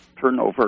turnover